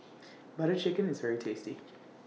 Butter Chicken IS very tasty